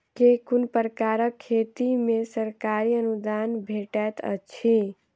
केँ कुन प्रकारक खेती मे सरकारी अनुदान भेटैत अछि?